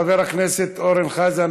חבר הכנסת אורן חזן,